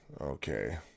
Okay